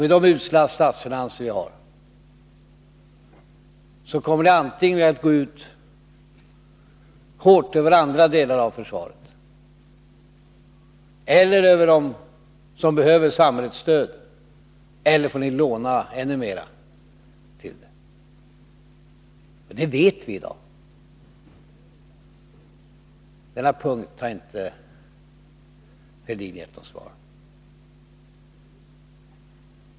Med de usla statsfinanser vi har i dag kommer det här beslutet att hårt gå ut över antingen andra delar av försvaret eller dem som behöver samhällets stöd. Eller också får ni låna ännu mer. Detta vet vi i dag. På denna punkt har inte Thorbjörn Fälldin gett oss något svar.